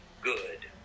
good